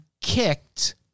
kicked